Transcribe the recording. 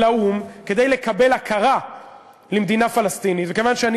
לאו"ם כדי לקבל הכרה במדינה פלסטינית.